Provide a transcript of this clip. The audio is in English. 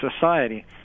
society